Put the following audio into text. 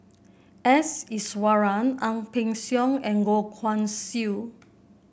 S Iswaran Ang Peng Siong and Goh Guan Siew